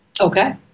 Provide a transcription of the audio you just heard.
Okay